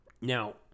Now